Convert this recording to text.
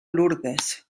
lourdes